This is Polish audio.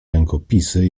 rękopisy